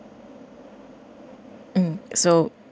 uh so